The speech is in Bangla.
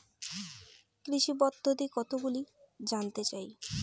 কৃষি পদ্ধতি কতগুলি জানতে চাই?